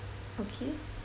okay